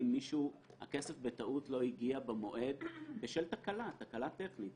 הכסף בטעות לא הגיע למועד בשל תקלה טכנית.